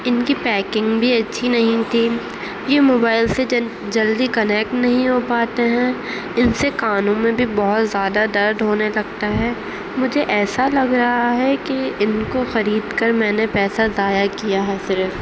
ان کی پیکنگ بھی اچھی نہیں تھی یہ موبائل سے جلدی کنیکٹ نہیں ہو پاتے ہیں ان سے کانوں میں بھی بہت زیادہ درد ہونے لگتا ہے مجھے ایسا لگ رہا ہے کہ ان کو خرید کر میں نے پیسہ ضائع کیا ہے صرف